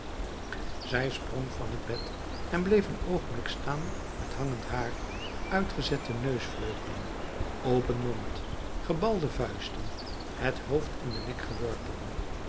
zij sprong van het bed en bleef een oogenblik staan met hangend haar uitgezette neusvleugelen open mond gebalde vuisten het hoofd in den nek geworpen